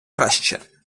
краще